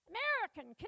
American